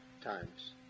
times